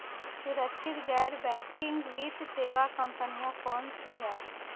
सुरक्षित गैर बैंकिंग वित्त सेवा कंपनियां कौनसी हैं?